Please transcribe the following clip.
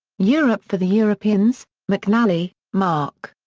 europe for the europeans mcnally, mark.